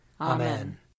Amen